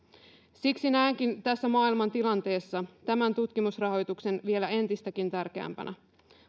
siksi näenkin tässä maailmantilanteessa tämän tutkimusrahoituksen vielä entistäkin tärkeämpänä